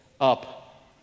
up